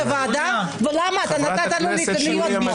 בוועדה, ולמה אתה נתת לו להיות?